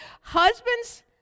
husbands